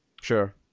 Sure